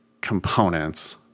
components